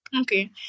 Okay